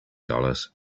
dollars